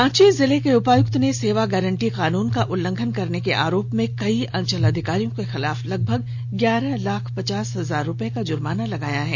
रांची जिले के उपायुक्त ने सेवा गारंटी कानून का उल्लंघन करने के आरोप में कई अंचलाधिकारियों के खिलाफ लगभग ग्यारह लाख पचास हजार रुपए का जुर्माना लगाया है